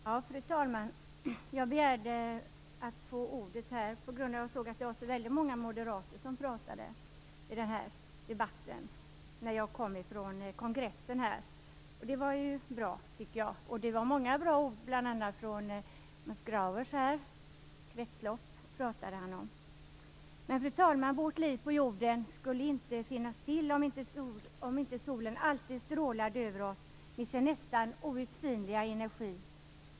Fru talman! Jag begärde att få ordet på grund av att det var så många moderater som pratade i den här debatten, när jag kom från Miljöpartiets kongress. Det var ju bra. Det har sagts många bra ord, bl.a. av Stig Grauers, som pratade om kretslopp. Fru talman! Vårt liv på jorden skulle inte finnas till om inte solen alltid strålade över oss med sin nästan outsinliga energi.